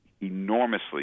enormously